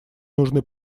нужны